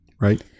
Right